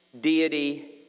deity